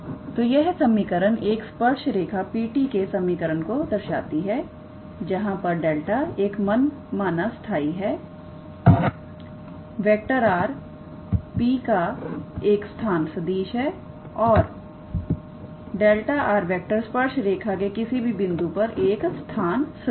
तो यह समीकरण एक स्पर्श रेखा PT के समीकरण को दर्शाती है जहां पर 𝜆 एक मन माना स्थाई है𝑟⃗ P का एक स्थान सदिश है और 𝑅⃗ स्पर्श रेखा के किसी भी बिंदु पर एक स्थान सदिश है